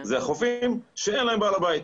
אלה החופים שאין להם בעל בית,